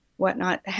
whatnot